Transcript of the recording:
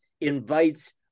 invites